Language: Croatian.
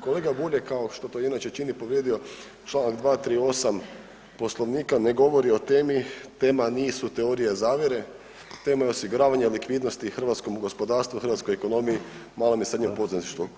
kolega Bulj je kao što to inače čini, povrijedio čl. 238 Poslovnika, ne govori o temi, tema nisu teorije zavjere, tema je osiguravanje likvidnosti hrvatskom gospodarstvu, hrvatskoj ekonomiji, malo i srednje poduzetništvo.